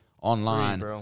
online